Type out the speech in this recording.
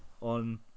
on